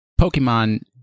Pokemon